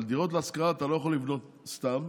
אבל דירות להשכרה אתה לא יכול לבנות סתם,